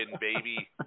baby